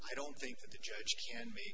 i don't think the judge